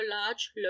large